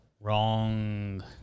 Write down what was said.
Wrong